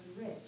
rich